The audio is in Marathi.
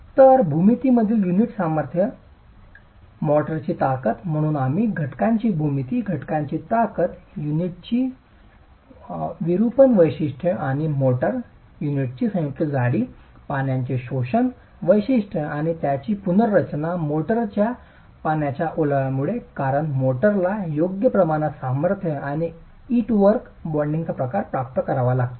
तर भूमितीमधील युनिट सामर्थ्य मोर्टारची ताकद म्हणून आम्ही घटकांची भूमिती घटकांची ताकद युनिटची विरूपण वैशिष्ट्ये आणि मोर्टार युनिटची संयुक्त जाडी पाण्याचे शोषण वैशिष्ट्ये आणि त्याची पुनर्रचना मोर्टार पाण्याच्या ओलावामुळे कारण मोर्टारला योग्य प्रमाणात सामर्थ्य आणि इंटवर्क बाँडिंगचा प्रकार प्राप्त करावा लागतो